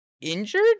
injured